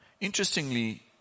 Interestingly